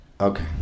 Okay